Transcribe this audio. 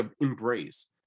embrace